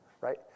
right